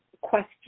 question